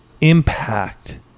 impact